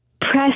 press